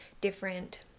different